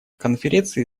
конференции